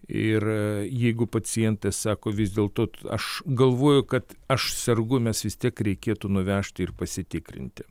ir jeigu pacientas sako vis dėlto aš galvoju kad aš sergu mes vis tiek reikėtų nuvežti ir pasitikrinti